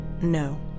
No